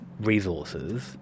resources